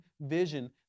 vision